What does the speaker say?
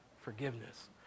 forgiveness